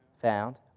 found